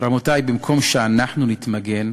רבותי, במקום שאנחנו נתמגן,